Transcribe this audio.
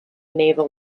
naval